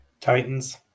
Titans